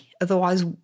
Otherwise